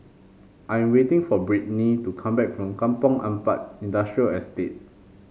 I am waiting for Brittny to come back from Kampong Ampat Industrial Estate